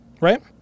right